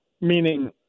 meaning